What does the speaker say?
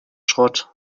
schrott